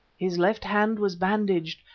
his left hand was bandaged,